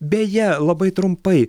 beje labai trumpai